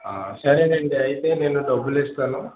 సరేనండి ఐతే నేను డబ్బులు ఇస్తాను